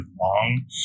long